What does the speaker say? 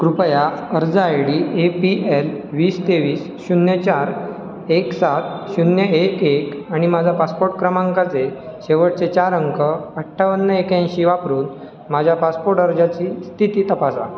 कृपया अर्ज I D A P L वीस तेवीस शून्य चार एक सात शून्य एक एक आणि माझा पासपोर्ट क्रमांकाचे शेवटचे चार अंक अठ्ठावन्न एक्याऐंशी वापरून माझ्या पासपोर्ट अर्जाची स्थिती तपासा